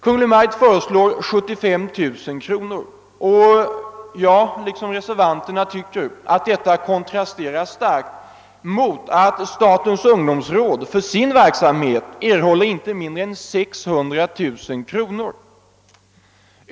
Kungl. Maj:t har som sagt föreslagit 75 000 kronor, och den summan tycker jag liksom reservanterna kontrasterar starkt mot att statens ungdomsråd för sin verksamhet erhåller inte mindre än 600 000 kronor.